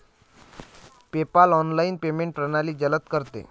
PayPal online payment प्रणाली जलद करते